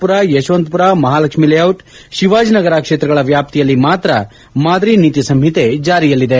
ಪುರ ಯಶವಂತಪುರ ಮಹಾಲಕ್ಷ್ಮೀ ಲೇಔಟ್ ಶಿವಾಜನಗರ ಕ್ಷೇತ್ರಗಳ ವ್ಯಾಪ್ತಿಯಲ್ಲಿ ಮಾತ್ರ ಮಾದರಿ ನೀತಿ ಸಂಹಿತೆ ಜಾರಿಯಲ್ಲಿದೆ